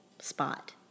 spot